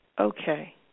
okay